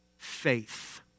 Faith